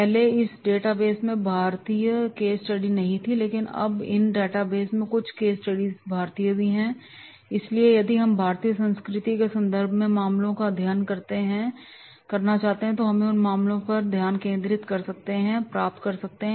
पहले इस डेटाबेस में भारतीय केस स्टडी नहीं थी लेकिन अब इन डेटाबेस में कुछ भारतीय केस स्टडीज भी हैं इसलिए यदि हम भारतीय संस्कृति के संदर्भ में मामलों का अध्ययन करना चाहते हैं तो हम उन मामलों पर ध्यान केंद्रित कर सकते हैं और प्राप्त कर सकते हैं